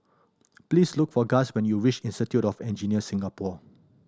please look for Guss when you reach Institute of Engineers Singapore